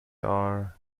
are